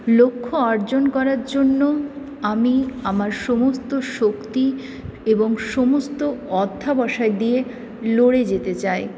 লক্ষ্য অর্জন করার জন্য আমি আমার সমস্ত শক্তি এবং সমস্ত অধ্যবসায় দিয়ে লড়ে যেতে চাই